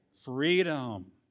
freedom